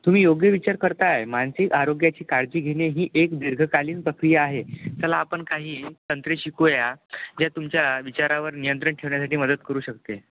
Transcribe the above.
तुम्ही योग्य विचार करताय मानसिक आरोग्याची काळजी घेणे ही एक दीर्घकालीन प्रक्रिया आहे त्याला आपण काही तंत्रे शिकूया ज्या तुमच्या विचारावर नियंत्रण ठेवण्यासाठी मदत करू शकते